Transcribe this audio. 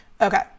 Okay